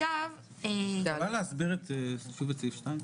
את יכולה להסביר שוב את פסקה (2)?